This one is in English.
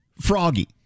Froggy